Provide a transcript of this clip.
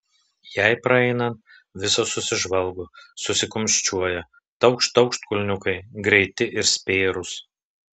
jai praeinant visos susižvalgo susikumščiuoja taukšt taukšt kulniukai greiti ir spėrūs